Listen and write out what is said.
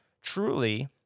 truly